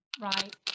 Right